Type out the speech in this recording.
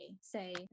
Say